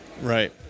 Right